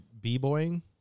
b-boying